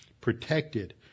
protected